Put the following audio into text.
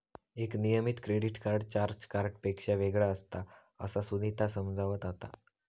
एक नियमित credit card charge कार्डपेक्षा वेगळा असता, असा सुनीता समजावत होता